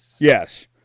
Yes